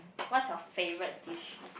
what's your favourite dish